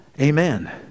amen